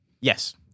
Yes